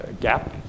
gap